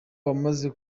wamaze